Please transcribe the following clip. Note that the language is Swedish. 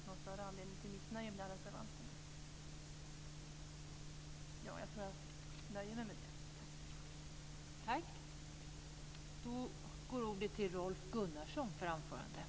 Där kan det inte finnas någon större anledning till missnöje bland reservanterna.